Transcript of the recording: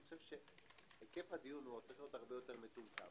אני חושב שהיקף הדיון צריך להיות הרבה יותר מצומצם.